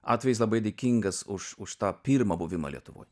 atvejais labai dėkingas už už tą pirmą buvimą lietuvoj